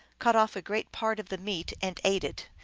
cut off a great part of the meat, and ate it,